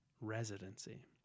residency